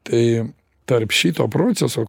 tai tarp šito proceso